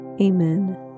Amen